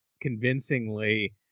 convincingly